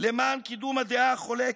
למען קידום הדעה החולקת.